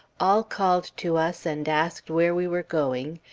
all called to us and asked where we were going,